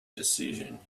decision